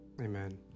Amen